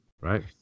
Right